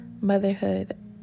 motherhood